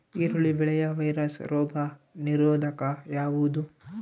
ಈರುಳ್ಳಿ ಬೆಳೆಯ ವೈರಸ್ ರೋಗ ನಿರೋಧಕ ಯಾವುದು?